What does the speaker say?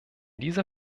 dieser